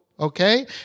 Okay